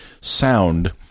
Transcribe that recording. sound